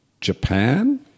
Japan